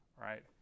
right